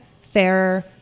fairer